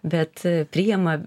bet priima